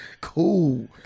cool